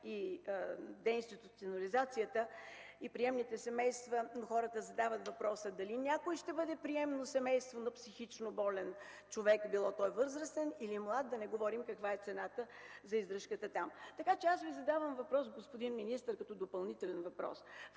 деинституционализацията и приемните семейства. Но хората задават въпроса: дали някои ще бъдат приемно семейство на психично болен човек, бил той възрастен или млад? Да не говорим каква е цената за издръжката там. Така че аз Ви задавам, господин министър, допълнителния си въпрос: